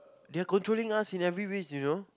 they're controlling us in every ways you know